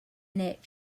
next